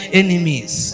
enemies